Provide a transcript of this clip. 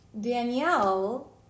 Danielle